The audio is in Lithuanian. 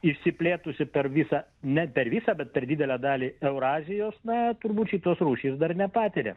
išsiplėtusi per visą ne per visą bet per didelę dalį eurazijos na turbūt šitos rūšys dar nepatiria